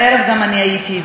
בערב גם אני הייתי,